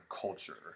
culture